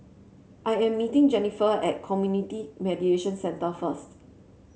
I am meeting Jenifer at Community Mediation Centre first